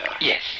Yes